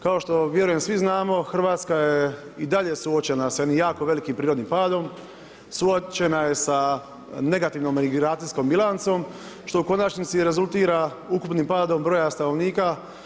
Kao što vjerujem svi znamo Hrvatska je i dalje suočena s jednim jako velikim prirodnim padom, suočena je sa negativnom migracijskom bilancom, što u konačnici rezultira ukupnim padom broja stanovnika.